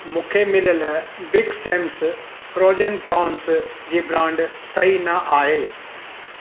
मुखे मिलियल big Sam's frozen prawns जी ब्रांड सही न आहे